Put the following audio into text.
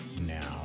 now